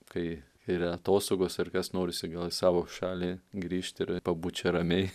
kai yra atostogos ar kas norisi gal į savo šalį grįžti ir pabūt čia ramiai